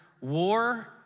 war